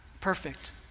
perfect